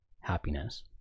happiness